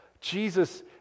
Jesus